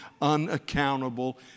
unaccountable